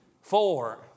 Four